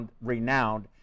renowned